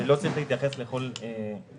שלא צריך להתייחס לכל עבודה.